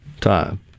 time